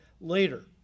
later